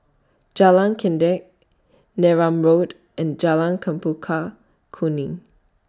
Jalan Kledek Neram Road and Jalan Chempaka Kuning